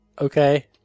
Okay